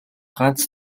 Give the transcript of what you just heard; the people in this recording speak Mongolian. ганц